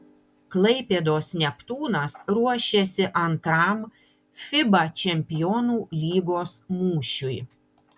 klaipėdos neptūnas ruošiasi antram fiba čempionų lygos mūšiui